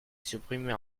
supprimée